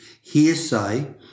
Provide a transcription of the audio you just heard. hearsay